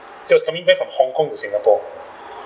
it was coming back from hong kong to singapore